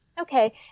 Okay